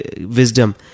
wisdom